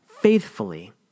faithfully